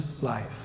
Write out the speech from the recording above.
life